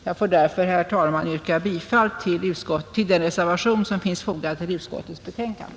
Jag vill därför, herr talman, yrka bifall till den reservation som är fogad till utskottets betänkande.